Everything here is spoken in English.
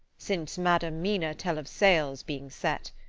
since madam mina tell of sails being set.